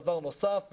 דבר נוסף,